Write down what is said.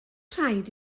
rhaid